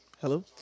Hello